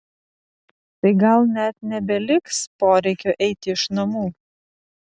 tai gal net nebeliks poreikio eiti iš namų